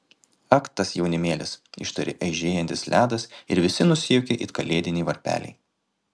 ak tas jaunimėlis ištarė eižėjantis ledas ir visi nusijuokė it kalėdiniai varpeliai